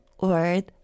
word